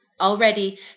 already